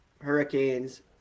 Hurricanes